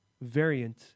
variant